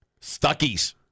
Stuckies